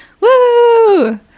Woo